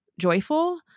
joyful